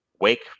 Wake